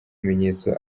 ibimenyetso